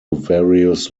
various